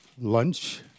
lunch